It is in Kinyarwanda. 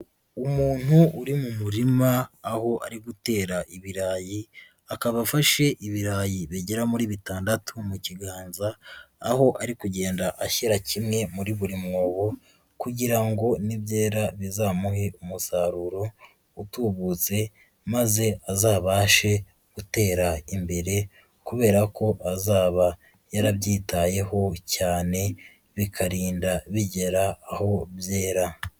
Umuntu uri mu murima aho ari gutera ibirayi, akaba afashe ibirayi bigera muri bitandatu mu kiganza, aho ari kugenda ashyira kimwe muri buri mwobo kugira ngo nibyera bizamuhe umusaruro utubutse maze azabashe gutera imbere, kubera ko azaba yarabyitayeho cyane bikarinda bigera aho byera.